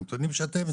מהנתונים שאתם הצגתם?